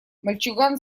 мальчуган